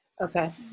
Okay